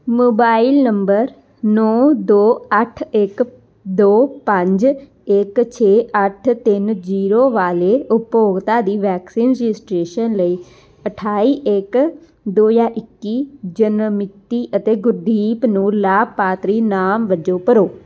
mobile number ਨੌਂ ਦੋ ਅੱਠ ਇੱਕ ਦੋ ਪੰਜ ਇੱਕ ਛੇ ਅੱਠ ਤਿੰਨ ਜ਼ੀਰੋ ਵਾਲੇ ਉਪਭੋਗਤਾ ਦੀ ਵੈਕਸੀਨ ਰਜਿਸਟ੍ਰੇਸ਼ਨ ਲਈ ਅਠਾਈ ਇੱਕ ਦੋ ਹਜ਼ਾਰ ਇੱਕੀ ਜਨਮ ਮਿਤੀ ਅਤੇ ਗੁਰਦੀਪ ਨੂੰ ਲਾਭਪਾਤਰੀ ਨਾਮ ਵਜੋਂ ਭਰੋ